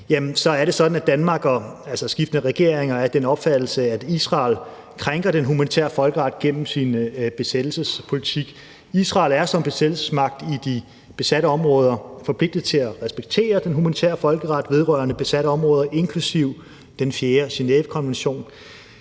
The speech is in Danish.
Danmark og vores skiftende regeringer har været og er af den opfattelse, at Israel krænker den humanitære folkeret gennem sin besættelsespolitik. Israel er som besættelsesmagt i de besatte områder forpligtet til at respektere den humanitære folkeret vedrørende besatte områder inklusive den fjerde Genèvekonvention